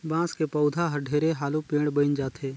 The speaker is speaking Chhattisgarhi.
बांस के पउधा हर ढेरे हालू पेड़ बइन जाथे